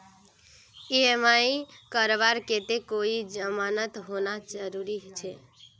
EMI करवार केते कोई जमानत होना जरूरी छे?